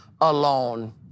alone